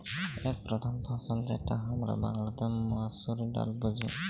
এক প্রধাল ফসল যেটা হামরা বাংলাতে মসুর ডালে বুঝি